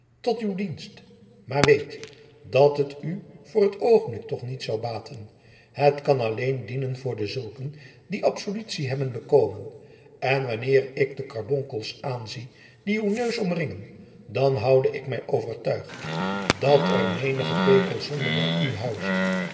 tot uw dienst maar weet dat het u voor t oogenblik toch niet zou baten het kan alleen dienen voor dezulken die absolutie hebben bekomen en wanneer ik de karbonkels aanzie die uw neus omringen dan houde ik mij overtuigd dat er menige pekelzonde bij u huist